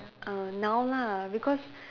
err now lah because